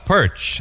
Perch